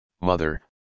mother